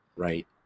Right